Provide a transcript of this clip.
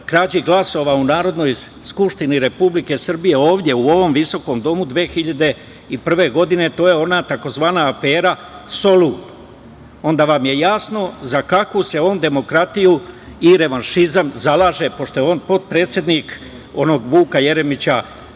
krađi glasova u Narodnoj skupštini Republike Srbije, ovde u ovom visokom domu, 2001. godine. To je ona tzv. afera „Solun“. Onda vam je jasno za kakvu se on demokratiju i revanšizam zalaže, pošto je on potpredsednik onog Vuka Jeremića,